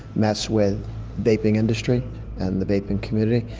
mess with vaping industry and the vaping community.